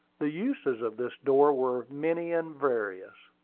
the uses of this door were many and various.